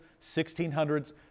1600s